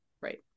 Right